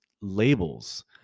labels